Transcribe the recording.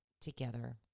together